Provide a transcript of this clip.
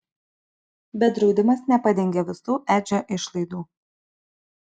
bet draudimas nepadengė visų edžio išlaidų